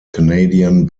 canadian